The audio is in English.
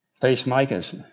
peacemakers